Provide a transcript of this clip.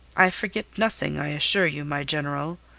i forget nothing, i assure you, my general.